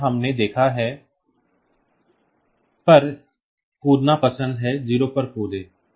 तो यह हमने देखा है Refer Time 2018 ० पर कूदना पसंद है ० पर कूदें